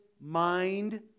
mind